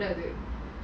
you know